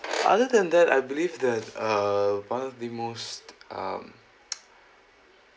other than that I believe that uh one of the most um